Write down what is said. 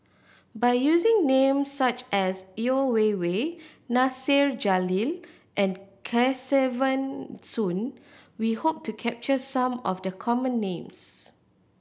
by using names such as Yeo Wei Wei Nasir Jalil and Kesavan Soon we hope to capture some of the common names